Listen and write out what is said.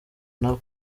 nabo